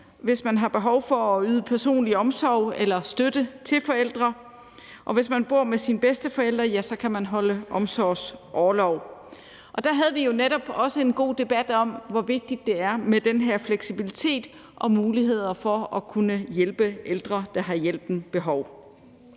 hvis man har behov for at yde personlig omsorg eller støtte til forældre, og hvis man bor med sine bedsteforældre, kan man holde omsorgsorlov. Der havde vi jo netop også en god debat om, hvor vigtigt det er med den her fleksibilitet og muligheder for at kunne hjælpe ældre, der har hjælpen behov.